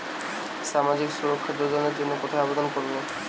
সামাজিক সুরক্ষা যোজনার জন্য কোথায় আবেদন করব?